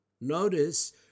Notice